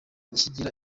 kigira